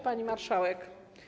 Pani Marszałek!